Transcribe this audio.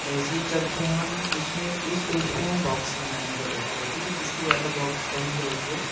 ऐसे ही करके हम उसमें उस पेज पर हम बॉक्स बनाने का देख रहे थे कि जिसके ज्यादा बॉक्स बन जाएँगे